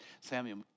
Samuel